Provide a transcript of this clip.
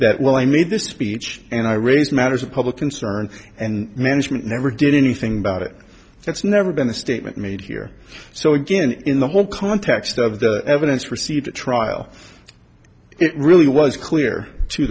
that well i made this speech and i raised matters of public concern and management never did anything about it that's never been the statement made here so again in the whole context of the evidence received at trial it really was clear to